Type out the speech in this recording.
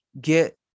get